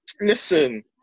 listen